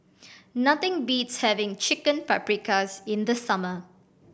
nothing beats having Chicken Paprikas in the summer